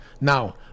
now